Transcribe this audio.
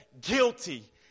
Guilty